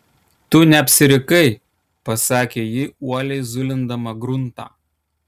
tu neapsirikai pasakė ji uoliai zulindama gruntą